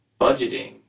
budgeting